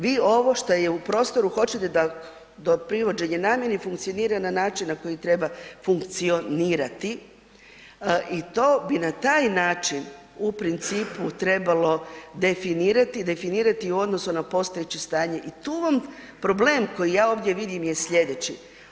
Vi ovo što je u prostoru hoćete da do privođenja namjeni funkcionira na način na koji treba funkcionirati i to bi na taj način u principu trebalo definirati, definirati u odnosu na postojeće stanje i tu vam, problem koji ja ovdje vidim je sljedeći.